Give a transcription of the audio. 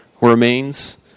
remains